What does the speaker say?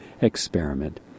experiment